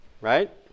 Right